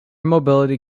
mobility